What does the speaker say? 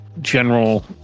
general